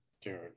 Dude